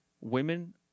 Women